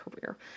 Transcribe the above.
career